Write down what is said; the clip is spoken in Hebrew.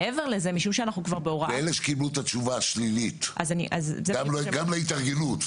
אלה שקיבלו את התשובה השלילית, גם להתארגנות.